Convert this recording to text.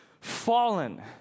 fallen